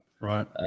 Right